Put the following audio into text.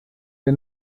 der